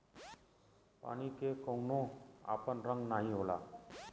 पानी के कउनो आपन रंग नाही होला